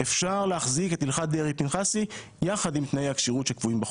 אפשר להחזיק את הלכת דרעי-פנחסי יחד עם תנאי הכשירות שקבועים בחוק.